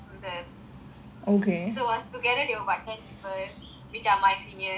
so was together they got about ten people with ya my seniors so they also never join